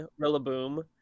Rillaboom